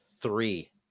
three